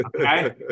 Okay